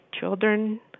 children